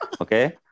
Okay